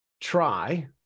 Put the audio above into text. try